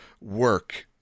work